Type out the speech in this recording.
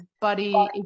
buddy